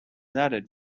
added